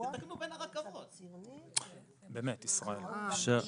תעשו לי סדר, אתה רוצה